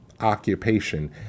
occupation